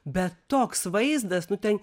bet toks vaizdas nu ten